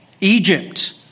Egypt